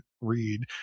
read